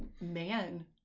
man